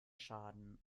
schaden